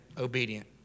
obedient